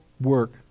work